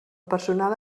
personal